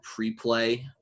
Preplay